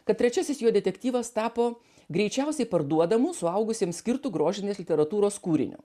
kad trečiasis jo detektyvas tapo greičiausiai parduodamu suaugusiems skirtu grožinės literatūros kūriniu